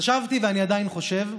חשבתי, ואני עדיין חושב,